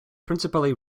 principally